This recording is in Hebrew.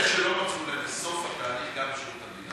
אלה שלא מצאו להם בסוף התהליך גם בשירות המדינה,